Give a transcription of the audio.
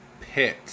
pit